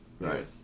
Right